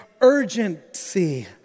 urgency